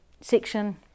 section